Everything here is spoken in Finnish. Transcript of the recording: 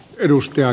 edustaja